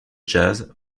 jazz